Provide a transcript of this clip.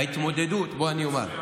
אה, אוקיי.